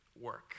work